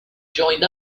joined